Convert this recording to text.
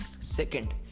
Second